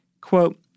Quote